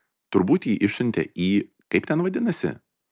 turbūt jį išsiuntė į kaip ten vadinasi